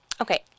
okay